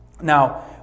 now